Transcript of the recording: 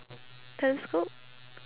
telescope